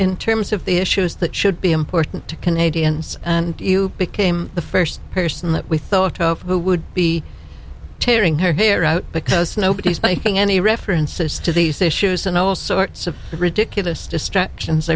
in terms of the issues that should be important to canadians and you became the first person that we thought of who would be tearing her hair out because nobody was making any references to these issues and all sorts of ridiculous distractions